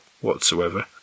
whatsoever